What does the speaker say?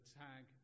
tag